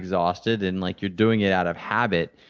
exhausted, and like you're doing it out of habit,